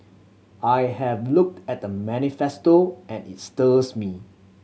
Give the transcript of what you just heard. I have looked at the manifesto and it's stirs me